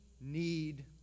need